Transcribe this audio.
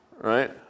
Right